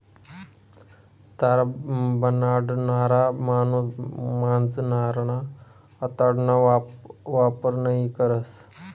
तार बनाडणारा माणूस मांजरना आतडाना वापर नयी करस